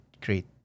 great